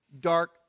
dark